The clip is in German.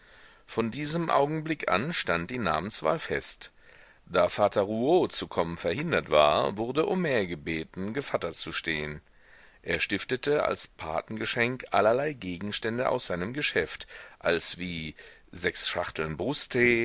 von diesem augenblick an stand die namenswahl fest da vater rouault zu kommen verhindert war wurde homais gebeten gevatter zu stehen er stiftete als patengeschenk allerlei gegenstände aus seinem geschäft als wie sechs schachteln